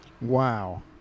Wow